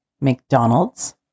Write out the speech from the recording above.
McDonald's